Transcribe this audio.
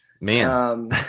man